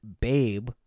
Babe